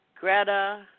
Greta